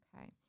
Okay